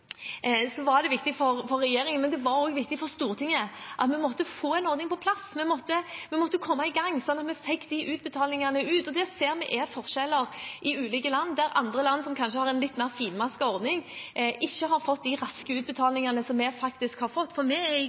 for Stortinget, at vi fikk en ordning på plass, og at vi kom i gang, slik at vi fikk gjort de utbetalingene. Vi ser at det er forskjeller mellom land. Andre land, land som kanskje har en litt mer finmasket ordning, har ikke fått gjort de raske utbetalingene som vi har fått gjort. Vi er i gang med å betale ut. Så langt har 12 000 bedrifter fått utbetaling – sikkert enda flere nå, for